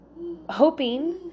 hoping